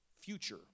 future